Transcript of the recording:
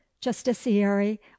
justiciary